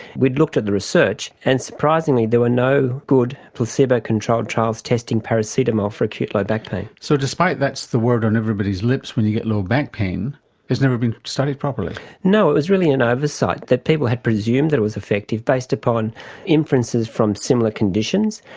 we looked at the research and surprisingly there were no good placebo controlled trials testing paracetamol for acute low back pain. so despite that's the word on everybody's lips when you get low back pain, it has never been studied properly. no, it was really an oversight, that people had presumed that it was effective based upon inferences from similar conditions,